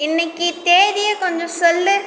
இன்னிக்கு தேதியை கொஞ்சம் சொல்